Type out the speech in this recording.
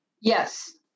Yes